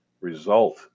result